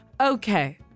okay